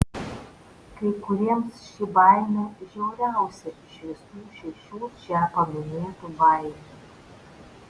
kai kuriems ši baimė žiauriausia iš visų šešių čia paminėtų baimių